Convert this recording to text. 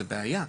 זו בעיה.